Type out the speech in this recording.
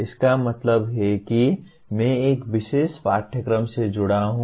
इसका मतलब है कि मैं एक विशेष पाठ्यक्रम से जुड़ा हूं